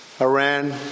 Iran